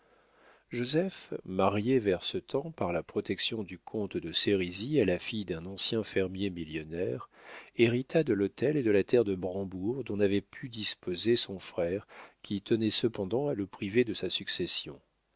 joseph marié vers ce temps par la protection du comte de sérizy à la fille d'un ancien fermier millionnaire hérita de l'hôtel et de la terre de brambourg dont n'avait pu disposer son frère qui tenait cependant à le priver de sa succession